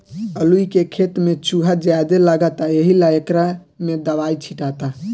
अलूइ के खेत में चूहा ज्यादे लगता एहिला एकरा में दवाई छीटाता